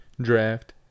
draft